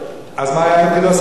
אז מה היה תפקידו, שר התרבות?